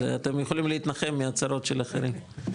אתם יכולים להתנחם מהצרות של אחרים.